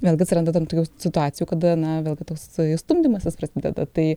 vėlgi atsiranda tam tikrų situacijų kada na vėlgi toksai stumdymasis prasideda tai